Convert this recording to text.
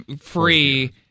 free